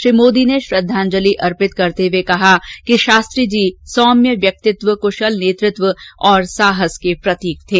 श्री मोदी ने श्रद्धांजलि अर्पित करते हुए कहा कि शास्त्री जी सौम्य व्यक्तित्व कुशल नेतृत्व और साहस के प्रतीक थे